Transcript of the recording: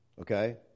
Okay